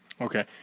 Okay